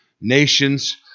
nations